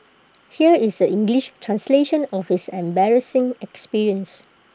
here is the English translation of his embarrassing experience